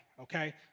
okay